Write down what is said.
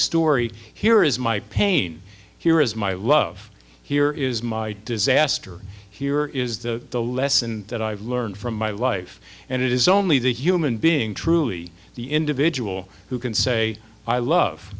story here is my pain here is my love here is my disaster here is the lesson that i've learned from my life and it is only the human being truly the individual who can say i love